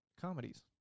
comedies